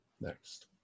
next